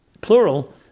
plural